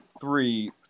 three